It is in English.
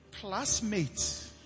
classmates